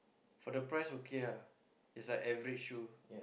for the price okay ah it's like every shoe